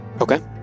Okay